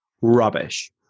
rubbish